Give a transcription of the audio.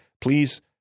Please